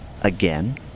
again